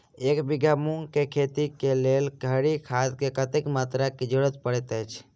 एक बीघा मूंग केँ खेती केँ लेल हरी खाद केँ कत्ते मात्रा केँ जरूरत पड़तै अछि?